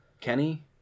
Kenny